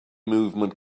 movement